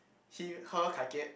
he her Kai-Kiat